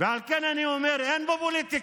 ועל כן אני אומר, אין פה פוליטיקה.